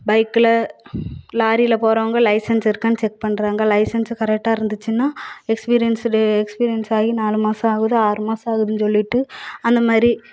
பைக்கில் லாரியில் போகிறவங்க லைசென்ஸ் இருக்கான்னு செக் பண்ணுறாங்க லைசென்ஸ்ஸு கரெக்டாக இருந்துச்சின்னால் எக்ஸ்பீரியன்ஸுடு எக்ஸ்பீரியன்ஸ் ஆகி நாலு மாதம் ஆகுது ஆறு மாதம் ஆகுதுன்னு சொல்லிவிட்டு அந்த மாதிரி